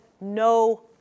no